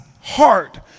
heart